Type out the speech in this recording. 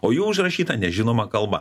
o jų užrašyta nežinoma kalba